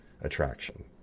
attraction